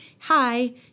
hi